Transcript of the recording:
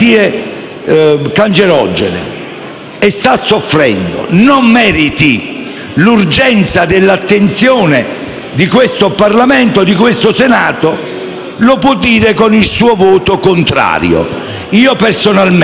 e sta soffrendo non meriti l'urgenza dell'attenzione di questo Parlamento e di questo Senato, lo potete dire con il vostro voto contrario. Io personalmente sento sulla mia pelle